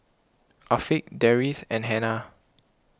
Afiq Deris and Hana